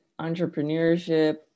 entrepreneurship